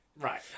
Right